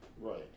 Right